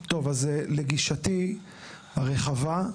לגישתי הרחבה,